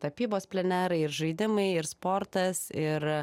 tapybos plenerai ir žaidimai ir sportas ir